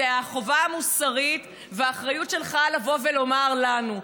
זו החובה המוסרית והאחריות שלך לבוא ולומר לנו.